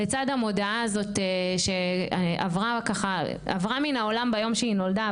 לצד המודעה הזאת שעברה מן העולם ביום שהיא נולדה,